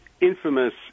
infamous